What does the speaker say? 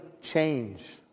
change